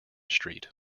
street